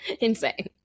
insane